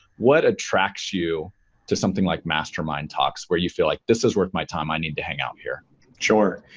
what attracts you to something like mastermind talks where you feel like, this is worth my time. i need to hang out here? barry sure.